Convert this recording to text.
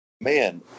Man